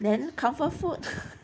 then comfort food